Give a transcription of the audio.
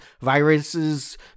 viruses